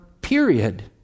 period